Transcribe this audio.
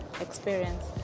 experience